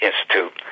Institute